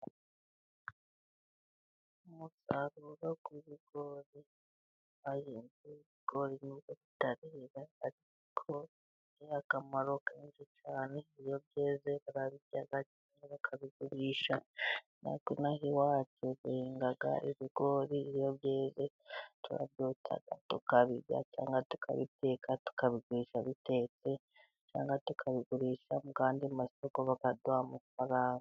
Umusaruro w'ibigori ari ibigori bitarera ariko bigira akamaro kenshi cyane, iyo byeze barabirya, bakabigurisha. Natwe inaha iwacu duhinga ibigori iyo byeze turabyotsa, tukabirya cyangwa tukabiteka tukabigurisha bitetse cyangwa tukabigurisha mu yandi ma soko bakaduha amafaranga.